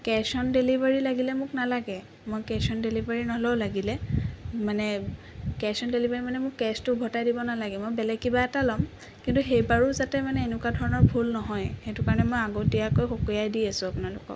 cash on delivery লাগিলে মোক নালাগে মই কেছ অন ডেলিভাৰী নলওঁ লাগিলে মানে কেছ অন ডেলিভাৰী মানে মোক কেছটো উভতাই দিব নালাগে মই বেলেগ কিবা এটা লম কিন্তু সেইবাৰো যাতে মানে এনেকোৱা ধৰণৰ ভুল নহয় সেইটো কাৰণে মানে মই আগতীয়াকৈ সকীয়াই দি আছোঁ আপোনালোকক